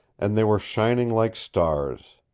and they were shining like stars.